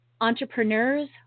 entrepreneurs